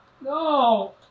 no